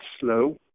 slow